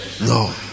no